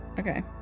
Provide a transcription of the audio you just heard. Okay